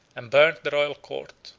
and burnt the royal court,